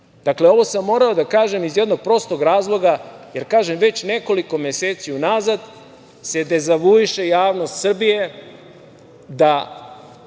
izbora. Ovo sam morao da kažem iz jednog prostog razloga, jer, kažem, već nekoliko meseci u nazad se dezavuiše javnost Srbije da